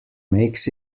makes